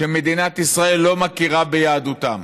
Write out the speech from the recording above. שמדינת ישראל לא מכירה ביהדותם